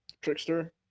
Trickster